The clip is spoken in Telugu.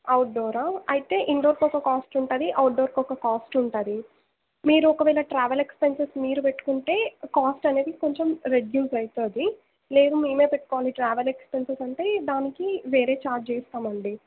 అవుట్డోరా అయితే ఇండోర్కు ఒక కాస్ట్ ఉంటుంది అవుట్డోర్కు ఒక కాస్ట్ ఉంటుంది మీరు ఒకవేళ ట్రావెల్ ఎక్స్పెన్సెస్ మీరు పెట్టుకుంటే కాస్ట్ అనేది కొంచెం రెడ్యూస్ అవుతుంది లేదు మేము పెట్టుకోవాలి ట్రావెల్ ఎక్స్పెన్సెస్ అంటే దానికి వేరే ఛార్జ్ వేస్తామండి